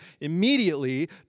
Immediately